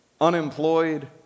Unemployed